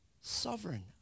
Sovereign